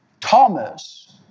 Thomas